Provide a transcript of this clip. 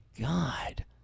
God